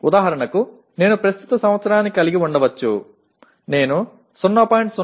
ఉదాహరణకు నేను ప్రస్తుత సంవత్సరాన్ని కలిగి ఉండవచ్చు నేను 0